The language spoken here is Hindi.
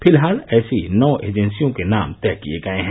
फिलहाल ऐसी नौ एजेंसियों के नाम तय किये गये हैं